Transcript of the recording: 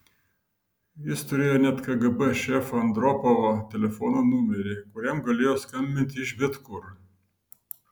jis turėjo net kgb šefo andropovo telefono numerį kuriam galėjo skambinti iš bet kur